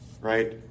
right